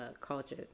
culture